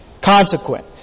Consequent